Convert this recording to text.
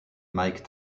mike